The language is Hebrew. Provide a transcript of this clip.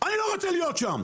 אני לא רוצה להיות שם,